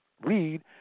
read